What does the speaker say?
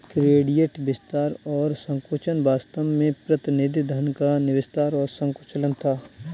credit विस्तार और संकुचन वास्तव में प्रतिनिधि धन का विस्तार और संकुचन था